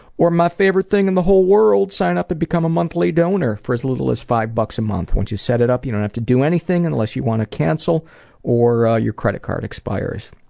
or my favorite thing in the whole world, sign up and become a monthly donor for as little as five bucks a month. once you set it up, you don't have to do anything unless you want to cancel or your credit card expires.